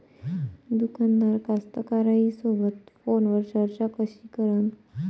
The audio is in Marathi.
दुकानदार कास्तकाराइसोबत फोनवर चर्चा कशी करन?